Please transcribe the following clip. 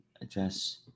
address